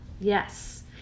yes